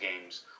games